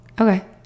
Okay